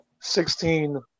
Sixteen